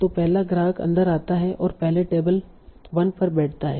तों पहला ग्राहक अंदर आता है और पहले टेबल 1 में बैठता है